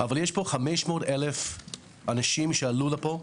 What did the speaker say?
אבל יש פה 500 אלף אנשים שעלו לפה,